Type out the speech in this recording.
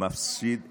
מפסיד במערכה,